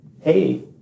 Hey